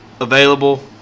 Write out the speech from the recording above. available